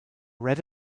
red